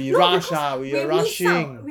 we rush lah we were rushing